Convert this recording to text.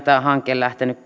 tämä hanke on lähtenyt